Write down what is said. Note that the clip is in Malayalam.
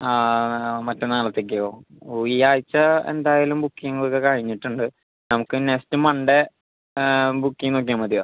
മറ്റന്നാളത്തേക്കോ ഓ ഈയാഴ്ച എന്തായാലും ബുക്കിംങ്ങോക്കെ കഴിഞ്ഞിട്ടുണ്ട് നമുക്ക് നെക്സ്റ്റ് മൺഡേ ബുക്കിംങ്ങാക്കിയാൽ മതിയോ